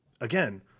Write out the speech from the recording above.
again